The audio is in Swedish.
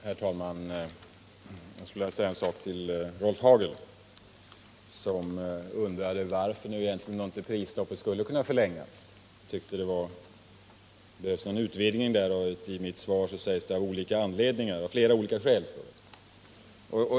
Herr talman! Jag skulle vilja säga en sak till Rolf Hagel, som undrade varför prisstoppet inte skulle kunna förlängas. Han tyckte det behövdes en utvidgning av prisstoppet, och i mitt svar sägs att det inte kan bibehållas ”av flera olika skäl”.